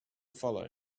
follow